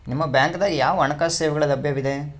ನಿಮ ಬ್ಯಾಂಕ ದಾಗ ಯಾವ ಹಣಕಾಸು ಸೇವೆಗಳು ಲಭ್ಯವಿದೆ?